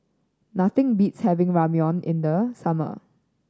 nothing beats having Ramyeon in the summer